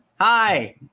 hi